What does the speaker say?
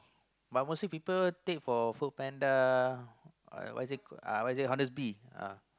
but mostly people take for FoodPanda uh what is it uh what is it Honestbee